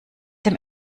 dem